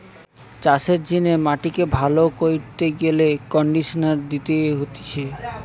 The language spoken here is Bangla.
চাষের জিনে মাটিকে ভালো কইরতে গেলে কন্ডিশনার দিতে হতিছে